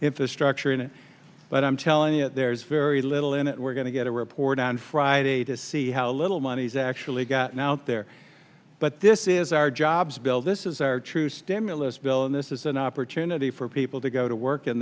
infrastructure in it but i'm telling you there's very little in it we're going to get a report on friday to see how little money is actually gotten out there but this is our jobs bill this is our true stimulus bill and this is an opportunity for people to go to work in